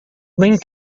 ling